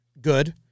Good